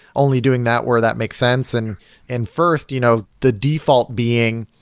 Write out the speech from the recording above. only doing that where that makes sense. and and first, you know the default being,